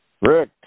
Rick